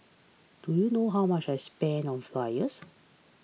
do you know how much I spent on flyers